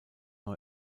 neu